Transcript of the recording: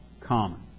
common